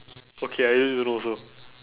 okay I really really don't know also